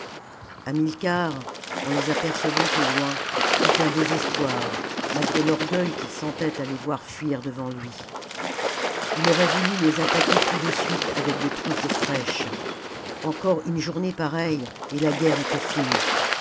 hamilcar en les apercevant au lom eut un désespoir malgré l'orgueil qu'il sentait à les voir fuir devant lui il aurait fallu les attaquer tout de suite avec des troupes fraîches encore une journée pareille et la guerre était finie